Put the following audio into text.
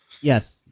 Yes